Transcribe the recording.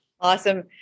Awesome